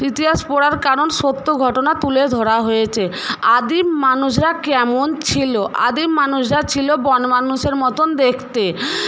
ইতিহাস পড়ার কারণ সত্য ঘটনা তুলে ধরা হয়েছে আদিম মানুষরা কেমন ছিলো আদিম মানুষরা ছিলো বনমানুষের মতন দেখতে